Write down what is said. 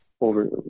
over